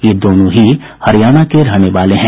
ये दोनों ही हरियाणा के रहने वाले हैं